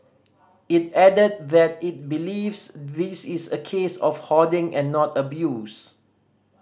it added that it believes this is a case of hoarding and not abuse